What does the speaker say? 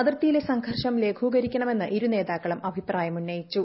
അതിർത്തിയിലെ സംഘർഷം ലഘൂകരിക്കണമെന്ന് ഇരുനേതാക്കളും അഭിപ്രായമുന്നയിച്ചു